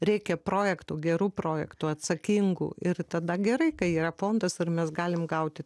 reikia projektų gerų projektų atsakingų ir tada gerai kai yra fondas ir mes galim gauti